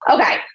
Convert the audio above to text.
Okay